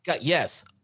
yes